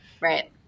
Right